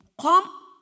come